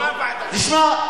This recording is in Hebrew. תשמע,